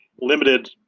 limited